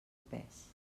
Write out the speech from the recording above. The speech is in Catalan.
pes